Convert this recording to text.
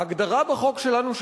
ההגדרה בחוק שלנו,